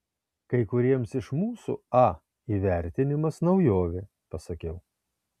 kai kuriems iš mūsų a įvertinimas naujovė pasakiau